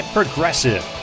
Progressive